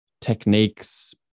techniques